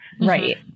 right